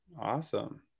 Awesome